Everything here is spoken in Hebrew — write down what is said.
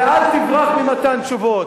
ואל תברח ממתן תשובות.